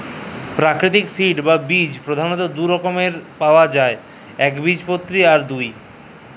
পেরাকিতিক সিড বা বীজ পধালত দু ধরলের পাউয়া যায় একবীজপত্রী আর দু